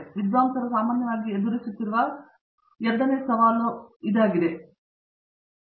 ಆದ್ದರಿಂದ ವಿದ್ವಾಂಸರು ಸಾಮಾನ್ಯವಾಗಿ ಎದುರಿಸುತ್ತಿರುವ ಎರಡನೇ ಸವಾಲಾಗಿದೆ ಇವುಗಳು ಉತ್ತಮವಾದ ಸವಾಲುಗಳಾಗಿದ್ದು ಇಲ್ಲಿ ವಿದ್ವಾಂಸರು ಬೆಳೆಯುತ್ತೇವೆ